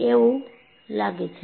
એવું લાગે છે